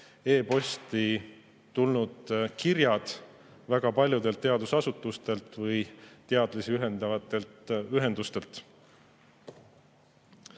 e‑posti tulnud kirjad väga paljudelt teadusasutustelt ja teadlasi ühendavatelt ühendustelt.